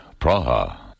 Praha